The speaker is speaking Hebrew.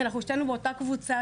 כי אנחנו שתינו באותה קבוצה,